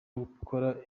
gukora